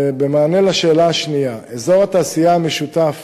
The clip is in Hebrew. במענה על השאלה השנייה, אזור התעשייה המשותף